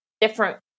different